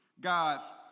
God's